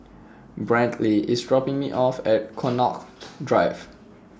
Brantley IS dropping Me off At Connaught Drive